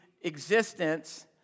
existence